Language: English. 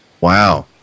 Wow